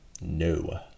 No